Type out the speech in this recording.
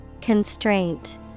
Constraint